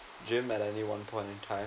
gym at only one point in time